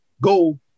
go